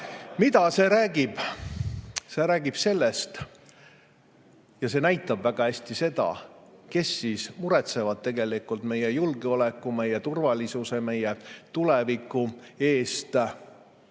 Mida see räägib? See räägib sellest ja see näitab väga hästi seda, kes siis muretsevad tegelikult meie julgeoleku, meie turvalisuse, meie tuleviku pärast.